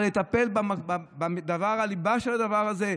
אבל לטפל בליבה של הדבר הזה,